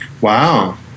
Wow